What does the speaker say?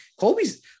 Kobe's